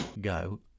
go